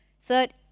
Third